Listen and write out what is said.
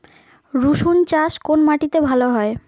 রুসুন চাষ কোন মাটিতে ভালো হয়?